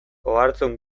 oihartzun